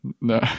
No